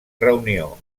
reunió